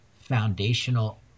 foundational